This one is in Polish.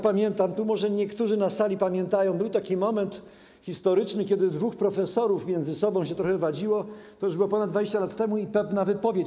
Pamiętam, może niektórzy na sali pamiętają, był taki moment historyczny, kiedy dwóch profesorów między sobą się trochę wadziło - to już było ponad 20 lat temu - i padła pewna wypowiedź.